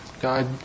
God